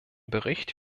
bericht